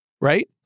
right